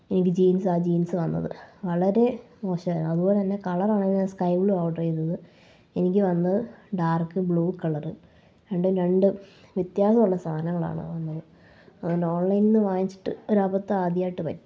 എനിക്ക് ജീന്സാ ജീന്സ് വന്നത് വളരെ മോശമായിരുന്നു അതുപോലത്തന്നെ കളറാണെങ്കിൽ ഞാൻ സ്കൈ ബ്ലുവാണ് ഓഡ്റ് ചെയ്തത് എനിക്ക് വന്നത് ഡാര്ക്ക് ബ്ലൂ കളറ് രണ്ടും രണ്ടു വ്യത്യാസമുള്ള സാധനങ്ങളാണു വന്നത് അതുകൊണ്ട് ഓണ്ലൈനിൽ വാങ്ങിച്ചിട്ട് ഒരബദ്ധം ആദ്യമായിട്ട് പറ്റി